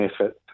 effort